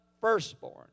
firstborn